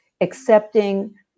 accepting